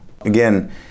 Again